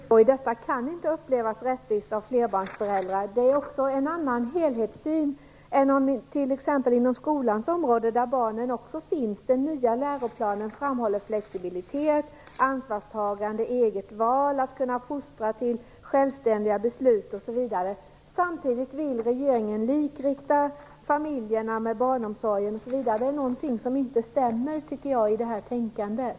Fru talman! Detta kan flerbarnsföräldrar inte uppleva som rättvist. Det är också en annan helhetssyn än t.ex. inom skolans område, där barnen också finns. I den nya läroplanen framhålls flexibilitet, ansvarstagande, eget val, fostran till självständiga beslut osv. Samtidigt vill regeringen likrikta familjerna genom barnomsorg osv. Det är någonting som inte stämmer i det här tänkandet.